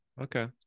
Okay